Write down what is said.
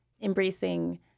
embracing